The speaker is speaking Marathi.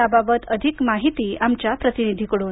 या बाबत अधिक माहिती आमच्या प्रतिनिधीकडून